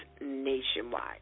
nationwide